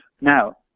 Now